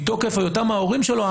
מתוקף היותם ההורים שלו,